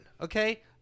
Okay